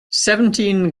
seventeen